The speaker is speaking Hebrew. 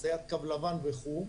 חציית קו לבן וכו',